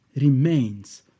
remains